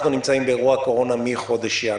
אנחנו נמצאים באירוע קורונה מחודש ינואר.